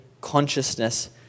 consciousness